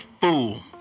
fool